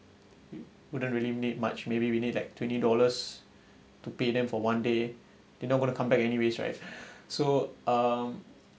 it wouldn't really need much maybe we need like twenty dollars to pay them for one day they not going to come back anyways right so um